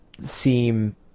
seem